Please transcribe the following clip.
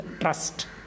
trust